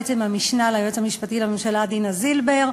בעצם המשנה ליועץ המשפטי לממשלה דינה זילבר,